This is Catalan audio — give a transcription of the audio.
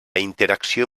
interacció